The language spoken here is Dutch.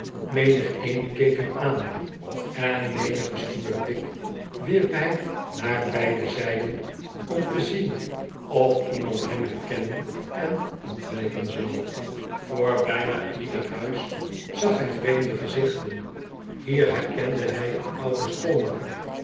menigeen keek hem aan en menigen schuwen blik wierp hij naar beide zijden om te zien of iemand hem herkennen en ontwijken zou voor bijna ieder huis zag hij vreemde gezichten hier herkende hij een ouden